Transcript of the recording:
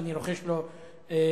שאני רוחש לו כבוד.